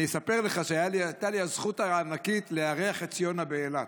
אני אספר לך שהייתה לי הזכות הענקית לארח את ציונה באילת,